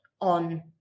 on